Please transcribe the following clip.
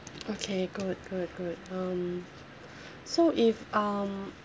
okay good good good um so if um